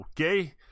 okay